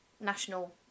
national